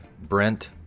Brent